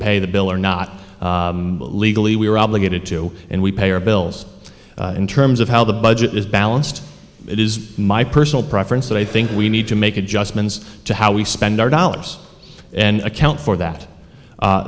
pay the bill or not legally we are obligated to and we pay our bills in terms of how the budget is balanced it is my personal preference but i think we need to make adjustments to how we spend our dollars and account for that